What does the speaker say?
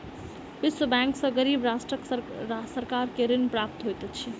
विश्व बैंक सॅ गरीब राष्ट्रक सरकार के ऋण प्राप्त होइत अछि